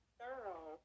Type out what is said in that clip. thorough